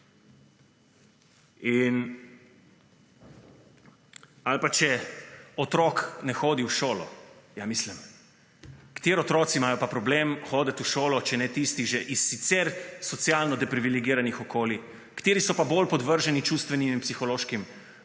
Ali pa, če otrok ne hodi v šolo. Ja, mislim, kateri otroci imajo pa problem hoditi v šolo, če ne tisti že iz sicer socialno deprivilegiranih okolij. Kateri so pa bolj podvrženi čustvenim in psihološkim